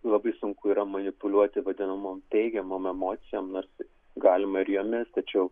labai sunku yra manipuliuoti vadinamom teigiamom emocijom nors galima ir jomis tačiau